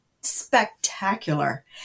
spectacular